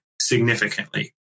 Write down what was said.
significantly